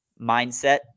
mindset